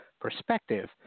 perspective